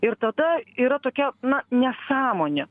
ir tada yra tokia na nesąmonė